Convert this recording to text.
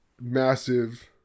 massive